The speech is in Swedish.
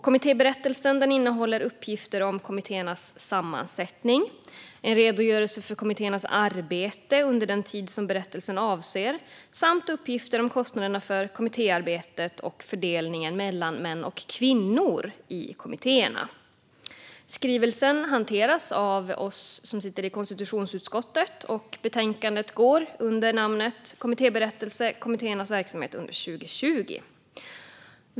Kommittéberättelsen innehåller uppgifter om kommittéernas sammansättning, en redogörelse för kommittéernas arbete under den tid som berättelsen avser samt uppgifter om kostnaderna för kommittéarbetet och fördelningen mellan män och kvinnor i kommittéerna. Skrivelsen hanteras av oss som sitter i konstitutionsutskottet, och betänkandet går under namnet Kommittéberättelse - kommittéernas verksamhet under 2020, m.m. .